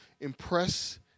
impress